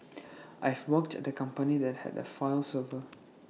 I've worked at A company that had A file server